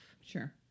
Sure